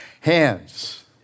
hands